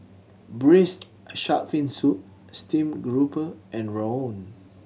Braised Shark Fin Soup Steamed Garoupa and rawon